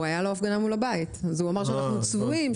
הייתה לו הפגנה מול הבית אז הוא אמר שאנחנו צבועים,